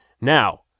now